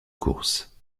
course